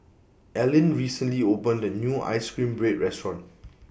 Alline recently opened A New Ice Cream Bread Restaurant